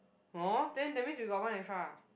!huh! then that means you got one extra ah